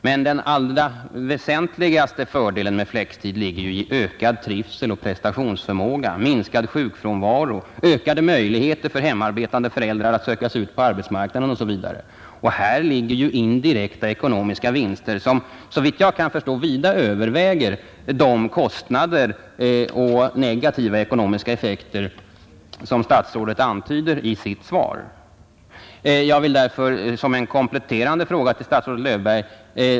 Men den allra väsentligaste fördelen med flextid ligger i ökad trivsel och prestationsförmåga, minskad sjukfrånvaro, ökade möjligheter för hemarbetande föräldrar att söka sig ut på arbetsmarknaden osv. Och här ligger ju indirekta ekonomiska vinster, som såvitt jag kan förstå vida överväger de kostnader och negativa ekonomiska effekter som statsrådet antyder i sitt svar.